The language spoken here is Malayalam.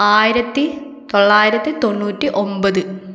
ആയിരത്തി തൊള്ളായിരത്തി തൊണ്ണൂറ്റി ഒമ്പത്